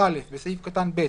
(א)בסעיף קטן (ב),